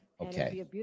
Okay